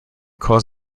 cause